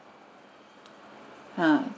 ha